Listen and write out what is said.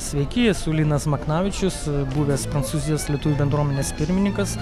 sveiki esu linas maknavičius buvęs prancūzijos lietuvių bendruomenės pirmininkas